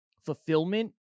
fulfillment